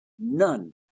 None